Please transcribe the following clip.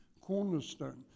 cornerstone